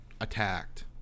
attacked